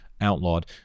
outlawed